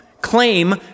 claim